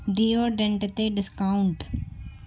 deodorant ते discount